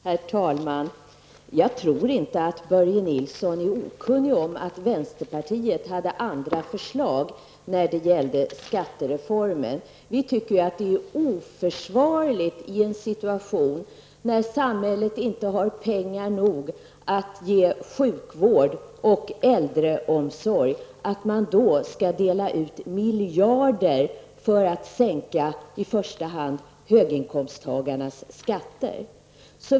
Herr talman! Jag tror inte att Börje Nilsson är okunnig om att vänsterpartiet hade andra förslag när det gällde skattereformen. Vi tycker ju att det är oförsvarligt i en situation när samhället inte har pengar nog att ge sjukvård och äldreomsorg att dela ut miljarder för att sänka i första hand höginkomsttagarnas skatt.